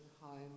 home